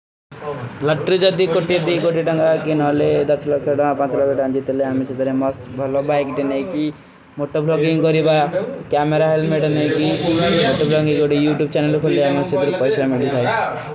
ଲଟ୍ରୀ ଜଦୀ କୋଟୀ ଦୀ, କୋଟୀ ଢଂଗା କିନ ଅଲେ ଲୋଗ ଢଂଗୀ ତେ ଲେ, ହମେଂ ସେତରେ ମସ୍ତ ଭଲୋ ବାଈକ ଦେନେ କୀ। ମୋଟୋ ଫ୍ଲୋଗିଂଗ କରୀ ବାଯା, କାମେରା ହେଲ୍ମେଟ ଦେନେ କୀ, ମୋଟୋ ଫ୍ଲୋଗିଂଗ କରୀ ବାଯା, କାମେରା ହେଲ୍ମେଟ ଦେନେ କୀ।